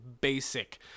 basic